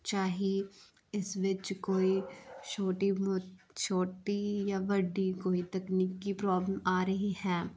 ਚਾਹੇ ਇਸ ਵਿੱਚ ਕੋਈ ਛੋਟੀ ਮੋ ਛੋਟੀ ਜਾਂ ਵੱਡੀ ਕੋਈ ਤਕਨੀਕੀ ਪ੍ਰੋਬਲਮ ਆ ਰਹੀ ਹੈ